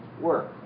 work